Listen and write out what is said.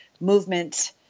movement